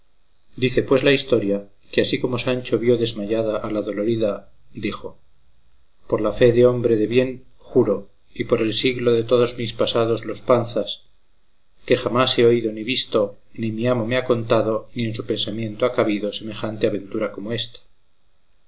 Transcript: dice pues la historia que así como sancho vio desmayada a la dolorida dijo por la fe de hombre de bien juro y por el siglo de todos mis pasados los panzas que jamás he oído ni visto ni mi amo me ha contado ni en su pensamiento ha cabido semejante aventura como ésta